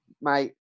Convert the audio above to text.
Mate